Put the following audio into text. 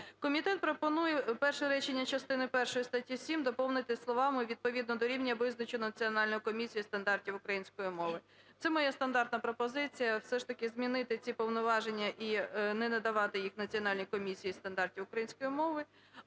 Комітет пропонує перше речення частини першої статті 7 доповнити словами "відповідно до рівня, визначеного Національною комісією зі стандартів української мови". Це моя стандартна пропозиція – все ж таки змінити ті повноваження і не надавати їй Національній комісії зі стандартів української мови,